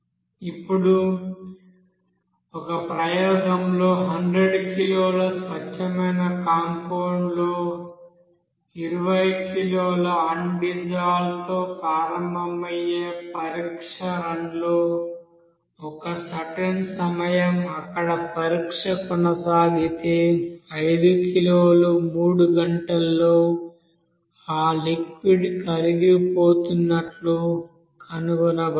ఇప్పుడు ఒక ప్రయోగంలో 100 కిలోల స్వచ్ఛమైన కాంపౌండ్ లో 20 కిలోల అన్ డిజాల్వ్డ్ తో ప్రారంభమయ్యే పరీక్ష రన్ లో ఒక సర్టెన్ సమయం అక్కడ పరీక్ష కొనసాగితే 5 కిలోలు 3 గంటల్లో ఆ లిక్విడ్ లో కరిగిపోతున్నట్లు కనుగొనబడింది